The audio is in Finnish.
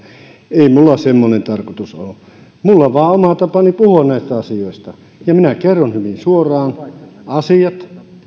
ei minulla semmoinen tarkoitus ole minulla on vain oma tapani puhua näistä asioista ja minä kerron hyvin suoraan asiat